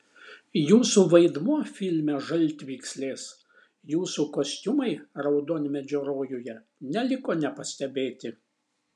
jūsų vaidmuo filme žaltvykslės jūsų kostiumai raudonmedžio rojuje neliko nepastebėti